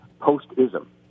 Post-ism